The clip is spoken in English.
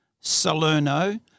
Salerno